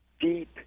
deep